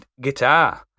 guitar